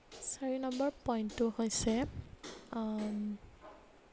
চাৰি নম্বৰ পইণ্টটো হৈছে